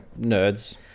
nerds